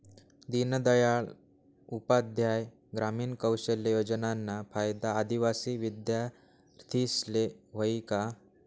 दीनदयाल उपाध्याय ग्रामीण कौशल योजनाना फायदा आदिवासी विद्यार्थीस्ले व्हयी का?